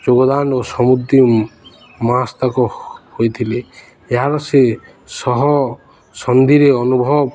ଯୋଗଦାନ ଓ ସମୁଦି ମାସ ତାକ ହୋଇଥିଲେ ଏହାର ସେ ସହ ସନ୍ଧିରେ ଅନୁଭବ